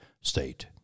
State